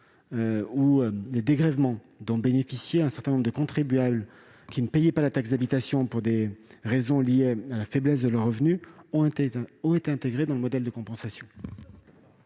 ou les dégrèvements dont bénéficiaient un certain nombre de contribuables qui ne payaient pas la taxe d'habitation pour des raisons liées à la faiblesse de leurs revenus ont été intégrés dans le modèle de compensation.